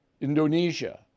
Indonesia